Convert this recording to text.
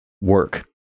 work